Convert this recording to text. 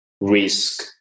risk